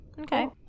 okay